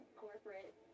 corporate